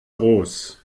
groß